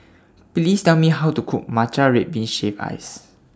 Please Tell Me How to Cook Matcha Red Bean Shaved Ice